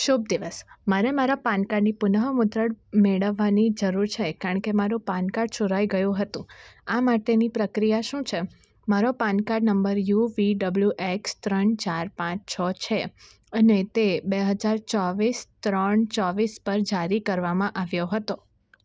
શુભ દિવસ મારે મારા પાન કાર્ડની પુનઃમુદ્રણ મેળવવાની જરૂર છે કારણ કે મારું પાન કાર્ડ ચોરાઈ ગયું હતું આ માટેની પ્રક્રિયા શું છે મારો PAN card number U V W X ત્રણ ચાર પાંચ છ છે અને તે બે હજાર ચોવીસ ત્રણ ચોવીસ પર જારી કરવામાં આવ્યો હતો